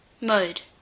Mode